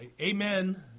Amen